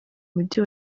mujyi